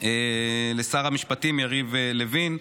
לשר המשפטים יריב לוין,